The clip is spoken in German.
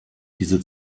diese